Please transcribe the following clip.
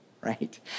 right